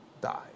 died